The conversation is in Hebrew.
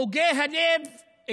מוגי הלב,